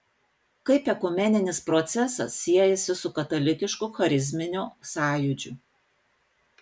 kaip ekumeninis procesas siejasi su katalikišku charizminiu sąjūdžiu